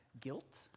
guilt